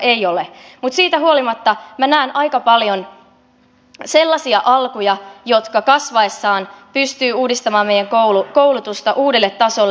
ei ole mutta siitä huolimatta minä näen aika paljon sellaisia alkuja jotka kasvaessaan pystyvät uudistamaan meidän koulutustamme uudelle tasolle